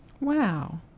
Wow